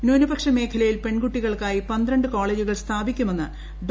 ന്യൂനപക്ഷ മേഖലയിൽ പെൺകുട്ടികൾക്കായി കോളേജുകൾ സ്ഥാപിക്കുമെന്ന് ഡോ